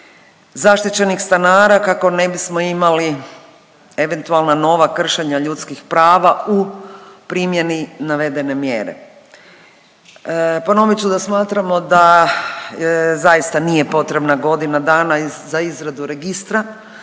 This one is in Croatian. zaštićenih stanara kako ne bismo imali eventualna nova kršenja ljudskih prava u primjeni navedene mjere. Ponovit ću da smatramo da zaista nije potrebna godina dana za izradu registra